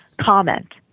comment